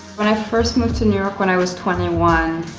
when i first moved to new york when i was twenty one,